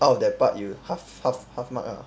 out of that part you half half half mark ah